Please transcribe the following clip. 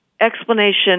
explanation